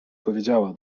powiedziała